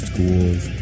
Schools